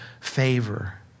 favor